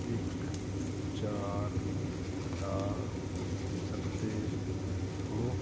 ਇੱਕ ਚਾਰ ਹਟਾ ਸਕਦੇ ਹੋ